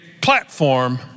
platform